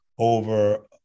over